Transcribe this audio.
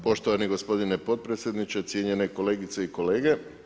Poštovani gospodine potpredsjedniče, cijenjeni kolegice i kolege.